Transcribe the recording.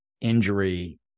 injury